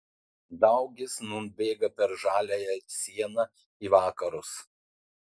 daugis nūn bėga per žaliąją sieną į vakarus